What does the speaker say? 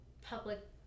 public